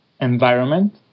environment